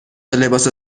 لباس